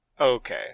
okay